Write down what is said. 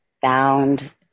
found